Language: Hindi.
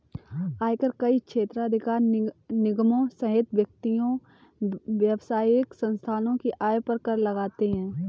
आयकर कई क्षेत्राधिकार निगमों सहित व्यक्तियों, व्यावसायिक संस्थाओं की आय पर कर लगाते हैं